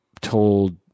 told